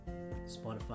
spotify